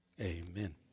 Amen